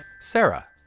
Sarah